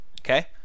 Okay